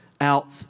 out